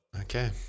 Okay